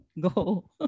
go